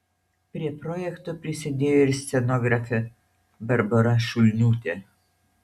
prie projekto prisidėjo ir scenografė barbora šulniūtė